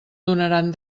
donaran